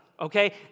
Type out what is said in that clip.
okay